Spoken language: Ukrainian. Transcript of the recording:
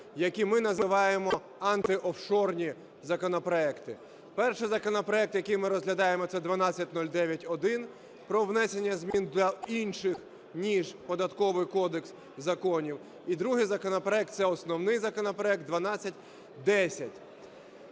які ми називаємо "антиофшорні законопроекти". Перший законопроект, який ми розглядаємо, - це 1209-1: про внесення змін до інших, ніж Податковий кодекс, законів. І другий законопроект – це основний законопроект 1210.